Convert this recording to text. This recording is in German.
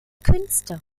künste